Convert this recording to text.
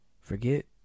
Forget